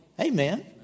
Amen